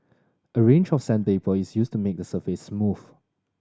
a range of sandpaper is used to make the surface smooth